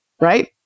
right